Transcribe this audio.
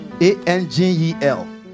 A-N-G-E-L